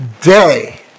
day